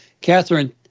Catherine